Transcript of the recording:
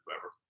whoever